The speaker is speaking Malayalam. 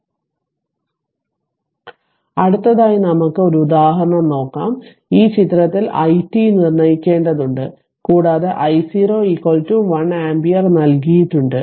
അതിനാൽ അടുത്തതായി നമുക്ക് 1 ഉദാഹരണം നോക്കാം ഈ ചിത്രത്തിൽ i t നിർണ്ണയിക്കേണ്ടതുണ്ട് കൂടാതെ I0 1 ആമ്പിയർ നൽകിയിട്ടുണ്ട്